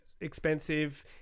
expensive